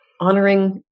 honoring